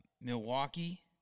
Milwaukee